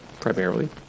primarily